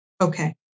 Okay